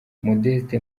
modeste